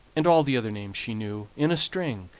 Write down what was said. and all the other names she knew, in a string,